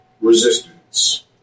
resistance